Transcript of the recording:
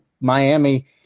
Miami